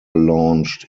launched